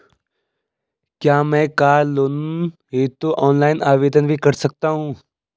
क्या मैं car loan हेतु ऑनलाइन आवेदन भी कर सकता हूँ?